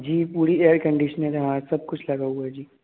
जी पूरी air conditional है हमारा सब कुछ लगा हुआ है जी